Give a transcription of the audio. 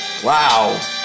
Wow